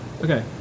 Okay